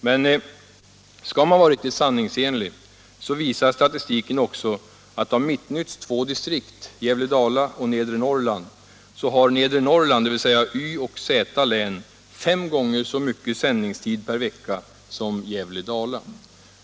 Men skall man vara riktigt sanningsenlig visar statistiken också att av Mitt Nytts två distrikt, Gävle-Dala och nedre Norrland, har nedre Norrland, dvs. Y och Z-län, fem gånger så mycket sändningstid per vecka som Gävle-Dala.